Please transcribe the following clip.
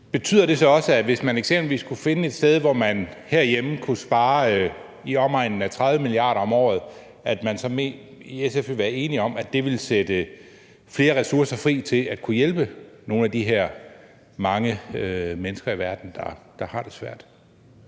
Betyder det så også, at hvis man eksempelvis kunne finde et sted, hvor man herhjemme kunne spare i omegnen af 30 mia. kr. om året, ville man i SF være enige i, at det ville sætte flere ressourcer fri til at kunne hjælpe nogle af de her mange mennesker i verden, der har det svært?